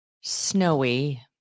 snowy